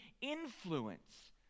influence